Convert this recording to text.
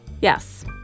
Yes